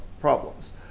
problems